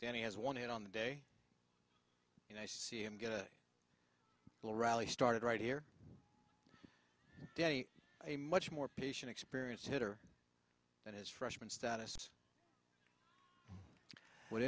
danny has won it on the day and i see him get a little rally started right here day a much more patient experience hitter and his freshman status would